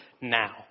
now